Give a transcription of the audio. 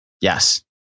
Yes